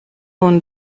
und